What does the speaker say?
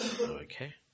Okay